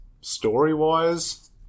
story-wise